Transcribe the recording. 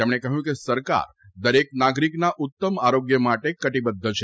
તેમણે કહ્યું કે સરકાર દરેક નાગરિકના ઉત્તમ આરોગ્ય માટે કટીબદ્ધ છે